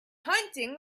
hunting